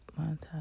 montage